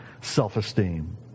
self-esteem